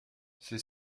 c’est